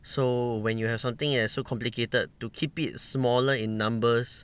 so when you have something that is so complicated to keep it smaller in numbers